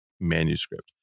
manuscript